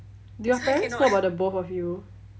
do your parents know about the both of you